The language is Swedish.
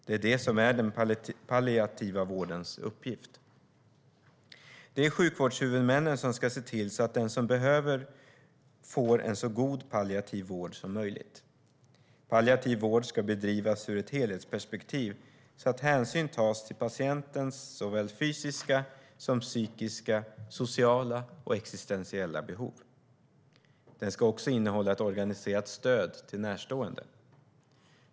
Det är det som är den palliativa vårdens uppgift. Det är sjukvårdshuvudmännen som ska se till att den som behöver det får en så god palliativ vård som möjligt. Palliativ vård ska bedrivas ur ett helhetsperspektiv, så att hänsyn tas till patientens såväl fysiska som psykiska, sociala och existentiella behov. Den ska också innehålla ett organiserat stöd till närstående.